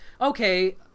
okay